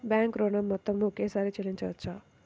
Bank ఋణం మొత్తము ఒకేసారి చెల్లించవచ్చా?